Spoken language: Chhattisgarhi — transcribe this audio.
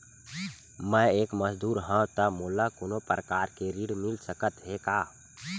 मैं एक मजदूर हंव त मोला कोनो प्रकार के ऋण मिल सकत हे का?